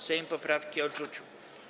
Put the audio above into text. Sejm poprawki odrzucił.